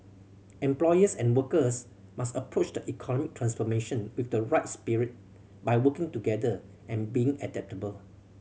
employers and workers must approach the economic transformation with the right spirit by working together and being adaptable